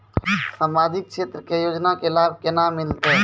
समाजिक क्षेत्र के योजना के लाभ केना मिलतै?